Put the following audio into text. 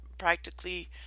practically